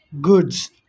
goods